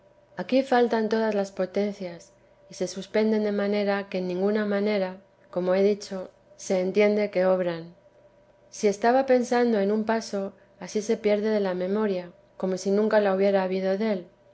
creer aquí faltan todas las potencias y se suspenden de manera que en ninguna manera como he dicho se entiende que obran si estaba pensando en un paso ansí se pierde de la memoria como si nunca la hubiera habido del si